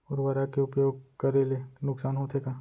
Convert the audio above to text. उर्वरक के उपयोग करे ले नुकसान होथे का?